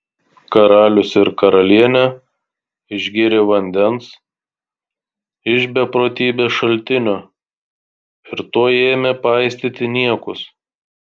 karalius ir karalienė išgėrė vandens iš beprotybės šaltinio ir tuoj ėmė paistyti niekus